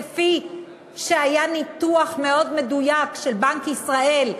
כפי שהיה ניתוח מאוד מדויק של בנק ישראל,